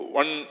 one